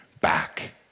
back